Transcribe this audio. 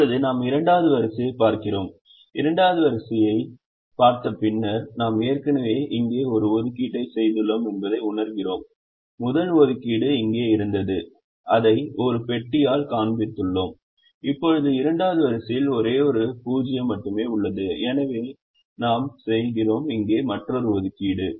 இப்போது நாம் 2 வது வரிசையைப் பார்க்கிறோம் 2 வது வரிசையைப் பார்க்கிறோம் பின்னர் நாம் ஏற்கனவே இங்கே ஒரு ஒதுக்கீட்டை செய்துள்ளோம் என்பதை உணர்கிறோம் முதல் ஒதுக்கீடு இங்கே இருந்தது அதை ஒரு பெட்டியால் காண்பித்துள்ளோம் இப்போது 2 வது வரிசையில் ஒரே ஒரு 0 மட்டுமே உள்ளது எனவே நாம் செய்கிறோம் இங்கே மற்றொரு ஒதுக்கீடு